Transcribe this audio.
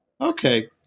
okay